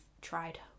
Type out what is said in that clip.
tried